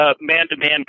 man-to-man